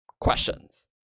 questions